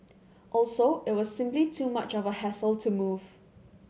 also it was simply too much of a hassle to move